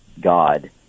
God